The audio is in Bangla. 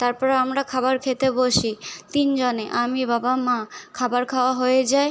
তারপরে আমরা খাবার খেতে বসি তিনজনে আমি বাবা মা খাবার খাওয়া হয়ে যায়